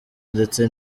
ndetse